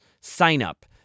sign-up